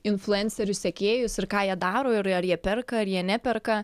influencerių sekėjus ir ką jie daro ir ar jie perka ar jie neperka